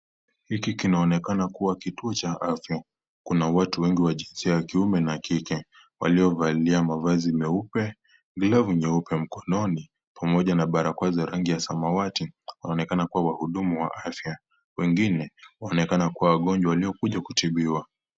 Hiki kinaonekana kituo cha afya. Kuna watu wengi wa jinsia ya kiume na kike, waliovalia mavazi meupe, glove nyeupe mkononi pamoja na balakoa za rangi ya samawati. Wanaonekana kuwa wahudumu wa afya. Wengine, wanaonekana kuwa wagonjwa waliokuja kutibiwa.